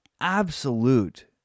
absolute